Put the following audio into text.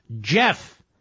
Jeff